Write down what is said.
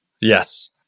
Yes